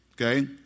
okay